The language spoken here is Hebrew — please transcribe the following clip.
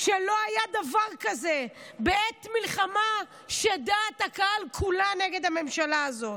לא היה דבר כזה בעת מלחמה שדעת הקהל כולה נגד הממשלה הזאת.